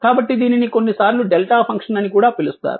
కాబట్టి దీనిని కొన్నిసార్లు డెల్టా ఫంక్షన్ అని కూడా పిలుస్తారు